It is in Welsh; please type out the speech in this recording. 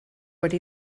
wedi